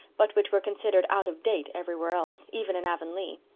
but which were considered out of date everywhere else, even in avonlea.